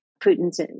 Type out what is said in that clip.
Putin's